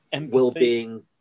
well-being